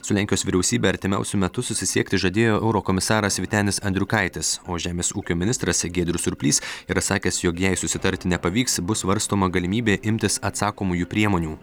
su lenkijos vyriausybė artimiausiu metu susisiekti žadėjo eurokomisaras vytenis andriukaitis o žemės ūkio ministras giedrius surplys yra sakęs jog jei susitarti nepavyks bus svarstoma galimybė imtis atsakomųjų priemonių